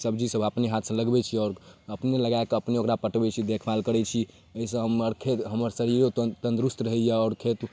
सब्जीसब अपने हाथसँ लगबै छी आओर अपने लगाकऽ अपने ओकरा पटबै छी देखभाल करै छी एहिसँ हमर खेत हमर शरीरो तन्दुरुस्त रहैए आओर खेत